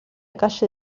calle